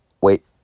Wait